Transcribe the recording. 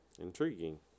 Intriguing